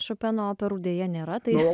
šopeno operų deja nėra tai